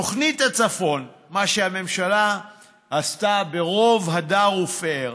תוכנית הצפון, מה שהממשלה עשתה ברוב הדר ופאר,